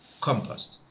compost